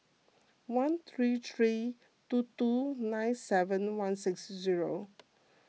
one three three two two nine seven one six zero